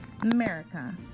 America